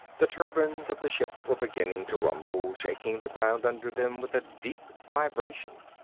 the turbines of the ship were beginning to rumble, shaking the ground under them with a deep vibration.